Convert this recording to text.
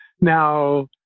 Now